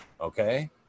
Okay